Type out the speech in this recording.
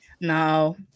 No